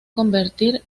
convertir